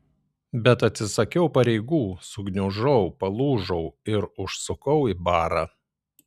bet atsisakiau pareigų sugniužau palūžau ir užsukau į barą